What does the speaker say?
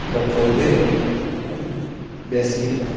ᱡᱚᱛᱚ ᱜᱮ ᱵᱮᱥ ᱜᱮᱭᱟ